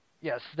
Yes